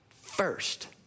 first